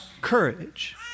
courage